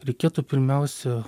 reikėtų pirmiausia